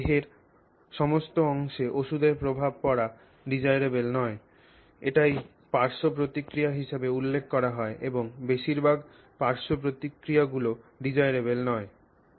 আমাদের দেহের সমস্ত অংশে ওষুধের প্রভাব পড়া কাঙ্ক্ষিত নয় এটিই পার্শ্ব প্রতিক্রিয়া হিসাবে উল্লেখ করা হয় এবং বেশিরভাগ পার্শ্ব প্রতিক্রিয়াগুলি অনাকাঙ্ক্ষিত